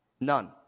None